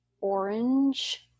orange